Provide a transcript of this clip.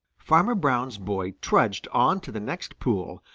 farmer brown's boy trudged on to the next pool,